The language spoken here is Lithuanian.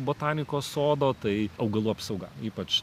botanikos sodo tai augalų apsauga ypač